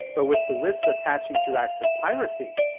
but with the risks attaching to acts of piracy.